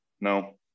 no